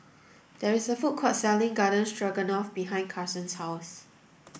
there is a food court selling Garden Stroganoff behind Karson's house